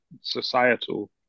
societal